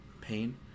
pain